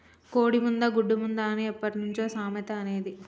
కోడి ముందా, గుడ్డు ముందా అని ఎప్పట్నుంచో సామెత అనేది